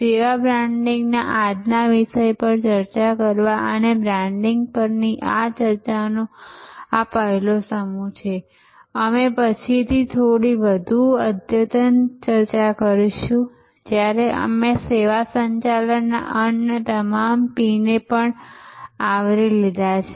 સેવા બ્રાંડિંગના આજના વિષય પર ચર્ચા કરવા અને બ્રાન્ડિંગ પરની આ ચર્ચાનો આ પહેલો સમૂહ છે અમે પછીથી થોડી વધુ અદ્યતન ચર્ચા કરીશું જ્યારે અમે સેવા સંચાલનના અન્ય તમામ P ને પણ આવરી લીધા છે